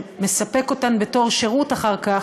שמספק אותן בתור שירות אחר כך,